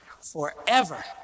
forever